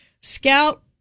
Scout